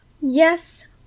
Yes